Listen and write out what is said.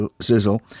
sizzle